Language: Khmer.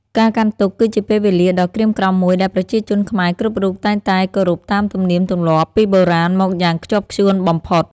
ការកាន់ទុក្ខ គឺជាពេលវេលាដ៏ក្រៀមក្រំមួយដែលប្រជាជនខ្មែរគ្រប់រូបតែងតែគោរពតាមទំនៀមទម្លាប់ពីបុរាណមកយ៉ាងខ្ជាប់ខ្ជួនបំផុត។